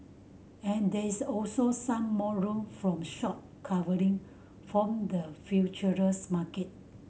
and there is also some more room from short covering from the futures market